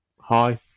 hi